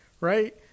right